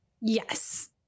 Yes